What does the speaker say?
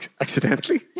accidentally